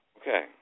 okay